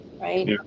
right